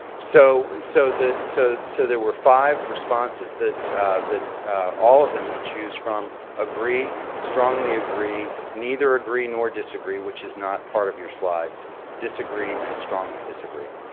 so so so so there were five responses that that all of them could choose from agree, strongly agree, neither agree and or disagree which is not part of your slides disagree, and strongly disagree.